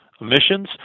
emissions